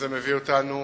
זה מביא אותנו,